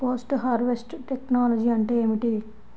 Post harvest technology అంటే ఏమిటి?